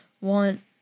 want